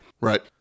Right